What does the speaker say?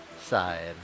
side